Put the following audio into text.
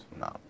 No